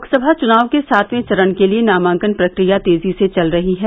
लोकसभा चुनाव के सातवें चरण के लिये नामांकन प्रक्रिया तेजी से चल रही है